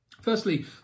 Firstly